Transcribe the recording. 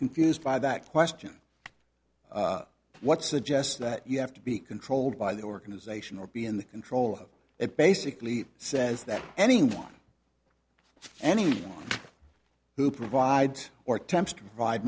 confused by that question what suggests that you have to be controlled by the organization or be in the control of it basically says that anyone any who provide or attempts to provide